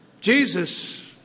Jesus